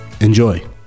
Enjoy